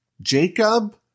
Jacob